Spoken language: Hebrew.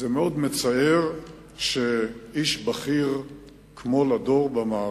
זה מאוד מצטער שאיש בכיר במערכת